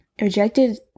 rejected